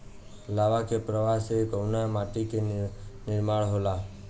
लावा क प्रवाह से कउना माटी क निर्माण होला?